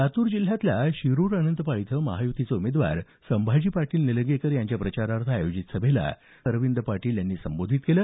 लातूर जिल्ह्यातल्या शिरुर अनंतपाळ इथं महायुतीचे उमेदवार संभाजी पाटील निलंगेकर यांच्या प्रचारार्थ आयोजित सभेला अरविंद पाटील यांनी संबोधित केलं